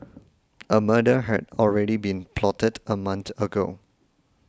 a murder had already been plotted a month ago